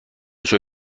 شکر